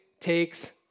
takes